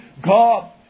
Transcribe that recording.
God